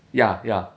ya ya